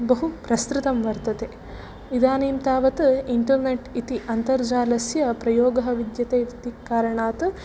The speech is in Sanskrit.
बहु प्रसृतं वर्तते इदानीं तावत् इण्टर्नेट् इति अन्तर्जालस्य प्रयोगः विद्यते इति कारणात्